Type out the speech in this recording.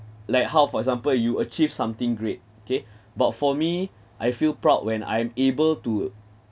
like how for example you achieve something great okay but for me I feel proud when I'm able to